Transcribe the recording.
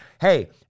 hey